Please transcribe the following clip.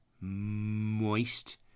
moist